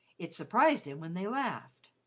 it surprised him when they laughed.